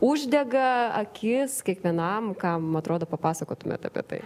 uždega akis kiekvienam kam atrodo papasakotumėt apie tai